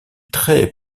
très